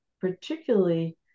particularly